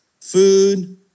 food